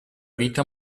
vita